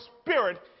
spirit